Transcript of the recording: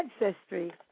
ancestry